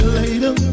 later